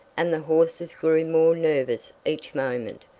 and the horses grew more nervous each moment,